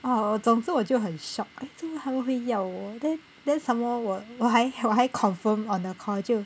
oh 总之我就很 shocked eh 怎么他们会要我 then then some more 我还我还 confirmed on the call 就